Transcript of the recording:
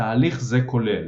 תהליך זה כולל